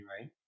right